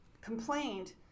complained